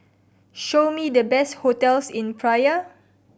show me the best hotels in Praia